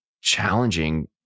challenging